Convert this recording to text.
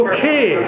Okay